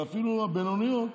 ואפילו הבינוניות,